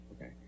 Okay